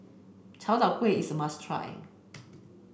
Chai Tow Kuay is a must try